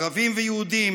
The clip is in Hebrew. ערבים ויהודים,